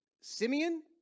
Simeon